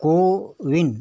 CoWIN